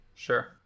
Sure